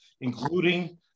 including